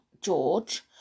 George